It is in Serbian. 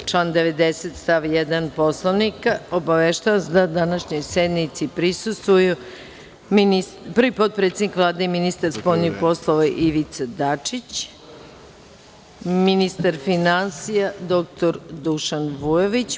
Saglasno članu 90. stav 1. Poslovnika, obaveštavam vas da današnjoj sednici prisustvuju: prvi potpredsednik Vlade i ministar spoljnih poslova Ivica Dačić, ministar finansija dr Dušan Vujović.